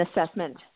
assessment